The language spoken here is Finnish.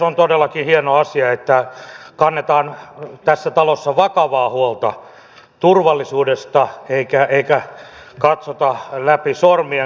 on todellakin hieno asia että tässä talossa kannetaan vakavaa huolta turvallisuudesta eikä katsota läpi sormien